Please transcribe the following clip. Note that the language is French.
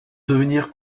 devenir